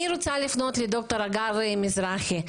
אני רוצה לפנות לד"ר הגר מזרחי,